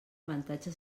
avantatge